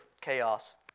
chaos